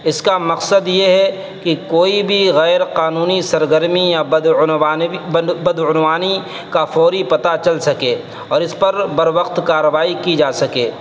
اس کا مقصد یہ ہے کہ کوئی بھی غیر قانونی سرگرمی یا بدعنوانی کا فوری پتا چل سکے اور اس پر بروقت کارروائی کی جا سکے